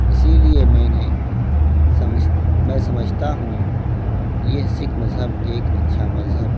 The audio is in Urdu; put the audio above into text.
اسی لیے میں نے سمجھ میں سمجھتا ہوں یہ سکھ مذہب ایک اچھا مذہب